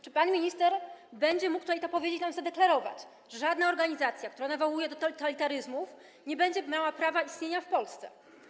Czy pan minister będzie mógł tutaj to powiedzieć i nam zadeklarować, że żadna organizacja, która nawołuje do totalitaryzmów, nie będzie miała prawa istnienia w Polsce?